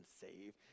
save